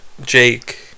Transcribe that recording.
Jake